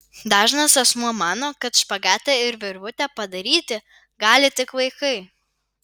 dažnas asmuo mano kad špagatą ir virvutę padaryti gali tik vaikai